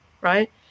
right